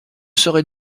serai